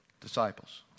disciples